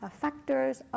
factors